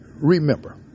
Remember